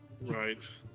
Right